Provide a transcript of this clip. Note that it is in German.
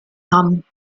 hamm